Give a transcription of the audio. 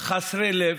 חסרי לב,